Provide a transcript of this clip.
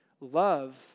Love